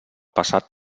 passat